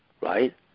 right